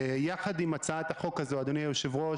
עוד לא הגשתם הצעת חוק בימי חייכם,